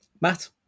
Matt